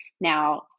Now